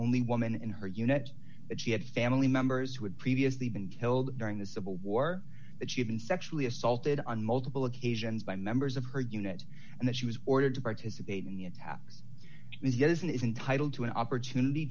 only woman in her unit that she had family members who had previously been killed during the civil war that she'd been sexually assaulted on multiple occasions by members of her unit and that she was ordered to participate in the attacks he isn't is entitled to an opportunity